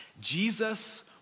Jesus